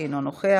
אינו נוכח,